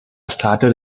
started